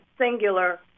singular